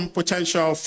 potential